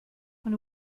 von